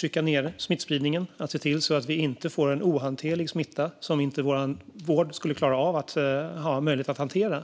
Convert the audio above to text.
trycka ned smittspridningen och se till att vi inte får en ohanterlig smitta som vår vård inte skulle klara av att hantera.